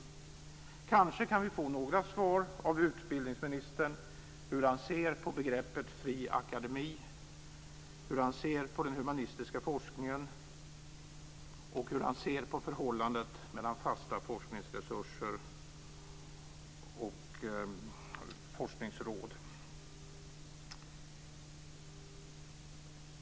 Vi kanske kan få några svar av utbildningsministern om hur han ser på begreppet fri akademi, på den humanistiska forskningen och på förhållandet mellan fasta forskningsresurser och forskningsråd.